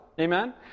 Amen